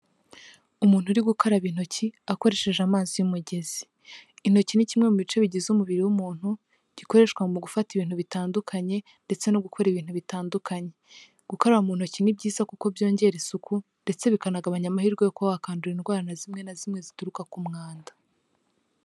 Umuntu uri gukaraba intoki akoresheje amazi y'umugezi, intoki ni kimwe mu bice bigize umubiri w'umuntu gikoreshwa mu gufata ibintu bitandukanye ndetse no gukora ibintu bitandukanye. Gukara mu ntoki ni byiza kuko byongera isuku, ndetse bikanagabanya amahirwe yo kuba wakandura indwara zimwe na zimwe zituruka ku mwanda.